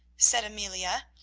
said amelia,